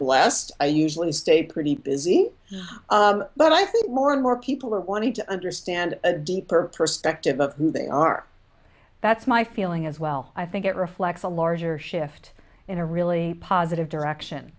blessed i usually stay pretty busy but i think more and more people are wanting to understand a deeper perspective of who they are that's my feeling as well i think it reflects a larger shift in a really positive direction